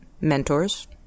mentors